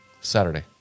Saturday